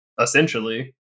essentially